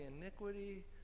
iniquity